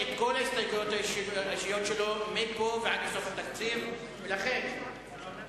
ההסתייגויות של חבר הכנסת גדעון